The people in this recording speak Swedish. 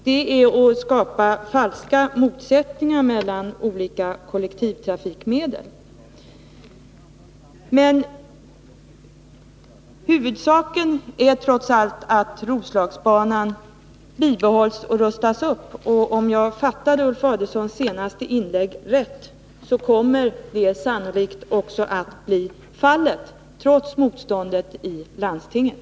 Det är att skapa falska motsättningar mellan olika kollektivtrafikmedel. Men huvudsaken är trots allt att Roslagsbanan bibehålls och rustas upp, och om jag fattade Ulf Adelsohns senaste inlägg rätt så kommer det sannolikt också att bli fallet, trots motståndet i landstinget.